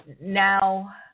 now